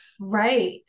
Right